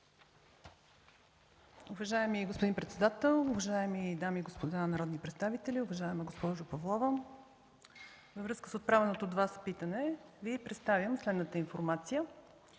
Уважаеми господин председател, уважаеми дами и господа народни представители! Уважаема госпожо Павлова, във връзка с отправеното от Вас питане Ви представям следната информация.